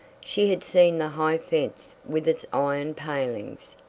she had seen the high fence with its iron palings,